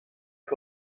que